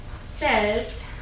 says